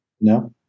No